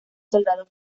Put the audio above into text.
soldados